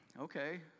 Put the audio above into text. okay